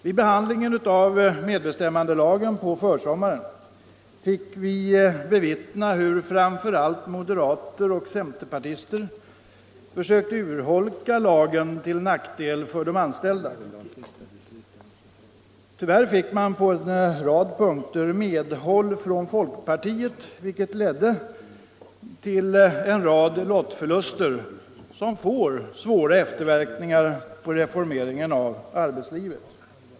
Vid behandlingen av medbestämmandelagen på försommaren kunde vi bevittna hur framför allt moderater och centerpartister försökte urholka lagen till nackdel för de anställda. Tyvärr fick man på en rad punkter medhåll från folkpartiet, vilket ledde till en rad lottförluster som får svåra efterverkningar på reformeringen av arbetslivet.